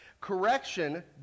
correction